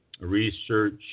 Research